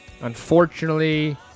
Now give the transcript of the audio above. Unfortunately